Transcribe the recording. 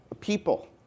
people